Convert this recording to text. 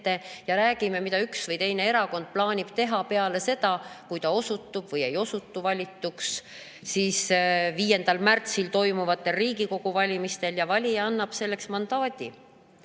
ja räägime, mida üks või teine erakond plaanib teha peale seda, kui ta osutub või ei osutu valituks 5. märtsil toimuvatel Riigikogu valimistel, ja valija annab selleks mandaadi.